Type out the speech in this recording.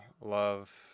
love